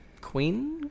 queen